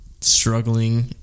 Struggling